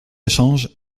échanges